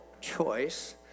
choice